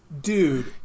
dude